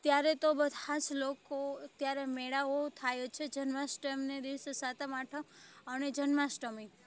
ત્યારે તો બધાં જ લોકો ત્યારે મેળાઓ થાય છે જન્માષ્ટમીને દિવસે સાતમ આઠમ અને જન્માષ્ટમી